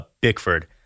Bickford